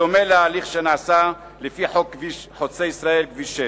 דומה להליך שנעשה לפי חוק כביש ארצי לישראל.